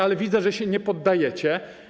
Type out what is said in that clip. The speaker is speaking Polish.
Ale widzę, że się nie poddajecie.